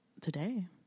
Today